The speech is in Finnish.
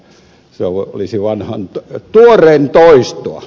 se olisi tuoreen toistoa